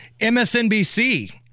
MSNBC